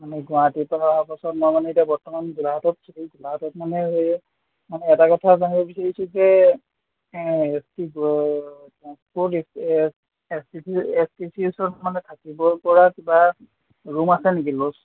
মানে গুৱাহাটীৰপৰা অহাৰ পাছত মই মানে এতিয়া বৰ্তমান গোলাঘাটত আছোঁহি গোলাঘাটত মানে এই মানে এটা কথা জানিব বিচাৰিছোঁ যে এই A S T C transport A S T চিৰ এ এছ টি চিৰ ওচৰত মানে থাকিব পৰা কিবা ৰূম আছে নেকি ল'জ